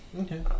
Okay